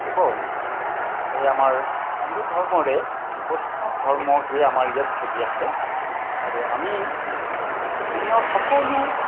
কেৱল এই আমাৰ হিন্দু ধৰ্মৰে এই বৈষ্ণৱ ধৰ্মটোৱে আমাৰ ইয়াত চলি আছে আৰু আমি স্থানীয় সকলো